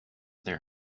their